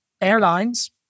Airlines